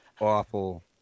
awful